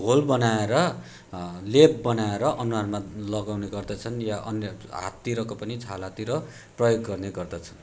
घोल बनाएर लेप बनाएर अनुहारमा लगाउने गर्दछन् या अन्य हाततिरको पनि छालातिर प्रयोग गर्ने गर्दछन्